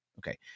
Okay